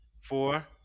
Four